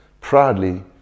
proudly